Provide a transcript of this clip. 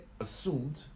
assumed